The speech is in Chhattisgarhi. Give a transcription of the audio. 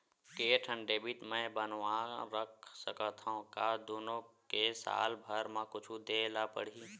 के ठन डेबिट मैं बनवा रख सकथव? का दुनो के साल भर मा कुछ दे ला पड़ही?